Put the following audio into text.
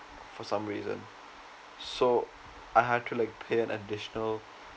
for some reason so I had to like pay an additional